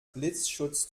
blitzschutz